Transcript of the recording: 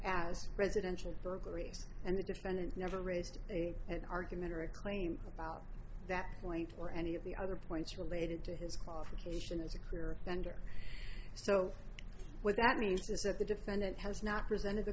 as residential burglaries and the defendant never raised a an argument or a claim about that point or any of the other points related to his qualification as a career ender so what that means is that the defendant has not presented the